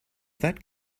that